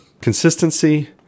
consistency